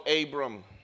Abram